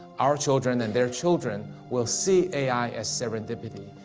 our children and their children will see a i. as serendipity.